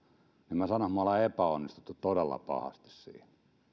sanon että me olemme epäonnistuneet todella pahasti siinä